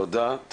תודה.